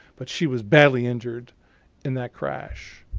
but she was badly injured in that crash.